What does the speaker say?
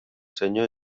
senyor